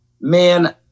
man